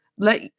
let